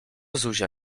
zuzia